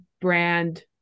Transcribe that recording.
brand